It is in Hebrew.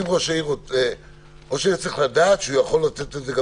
או שיהיה צריך לדעת שהוא יכול לתת את זה גם